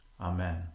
Amen